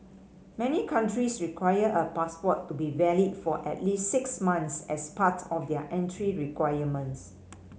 many countries require a passport to be valid for at least six months as part of their entry requirements